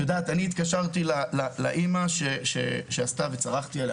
התקשרתי לאימא שעשתה את זה וצרחתי עליה.